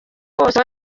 wose